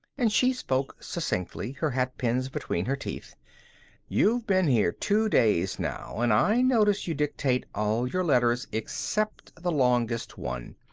and she spoke succinctly, her hatpins between her teeth you've been here two days now, and i notice you dictate all your letters except the longest one,